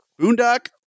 Boondock